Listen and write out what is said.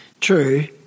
True